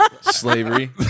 slavery